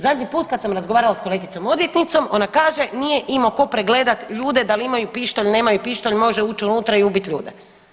Zadnji put kad sam razgovarala s kolegicom odvjetnicom ona kaže nije imao tko pregledat ljude dal imaju pištolj, nemaju pištolj, može uć unutra i ubit ljude.